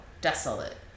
desolate